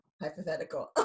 hypothetical